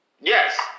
Yes